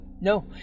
no